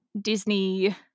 Disney